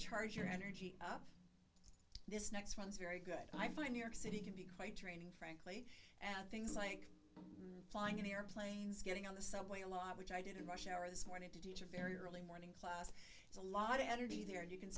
charge your energy up this next one's very good i find new york city can be quite an things like flying airplanes getting on the subway a lot which i did in rush hour this morning to teach a very early morning class it's a lot of energy there and you can